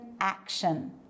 action